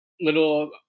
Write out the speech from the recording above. little